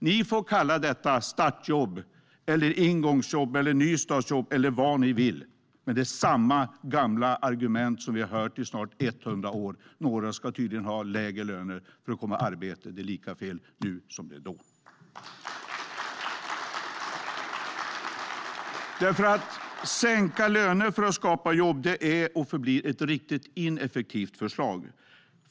Ni får kalla detta startjobb, ingångsjobb, nystartsjobb eller vad ni vill. Det är samma gamla argument som vi har hört i snart 100 år. Några ska tydligen ha lägre löner för att komma i arbete. Det är lika fel nu som det var då. Att sänka löner för att skapa jobb är och förblir ett riktigt ineffektivt förslag.